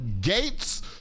gates